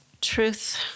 Truth